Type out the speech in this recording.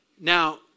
Now